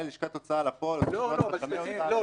לשכת ההוצאה לפועל או מסמכויות רשמי ההוצאה לפועל".